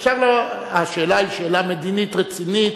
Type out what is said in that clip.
השאלה היא שאלה מדינית רצינית,